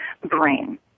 brain